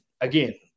again